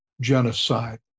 genocide